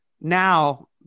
now